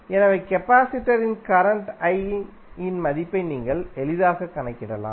எனவே கெபாசிடரின் current i இன் மதிப்பை நீங்கள் எளிதாகக் கணக்கிடலாம்